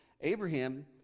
Abraham